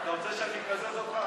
אתה רוצה שאני אקזז אותך?